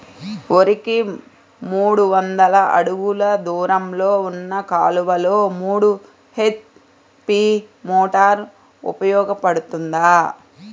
వరికి మూడు వందల అడుగులు దూరంలో ఉన్న కాలువలో మూడు హెచ్.పీ మోటార్ ఉపయోగపడుతుందా?